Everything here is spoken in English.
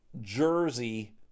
jersey